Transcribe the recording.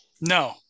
No